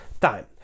time